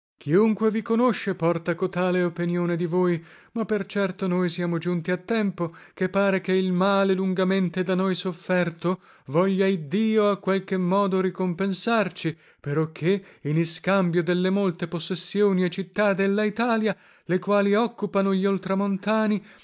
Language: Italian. chiunque vi conosce porta cotale openione di voi ma per certo noi siamo giunti a tempo che pare che il male lungamente da noi sofferto voglia iddio a qualche modo ricompensarci peroché in iscambio delle molte possessioni e città della italia le quali occupano gli